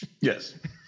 Yes